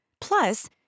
Plus